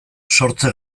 sortze